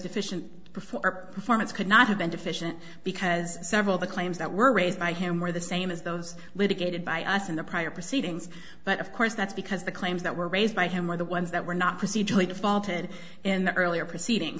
deficient before performance could not have been deficient because several of the claims that were raised by him were the same as those litigated by us in the prior proceedings but of course that's because the claims that were raised by him were the ones that were not procedurally defaulted in the earlier proceedings